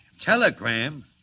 Telegram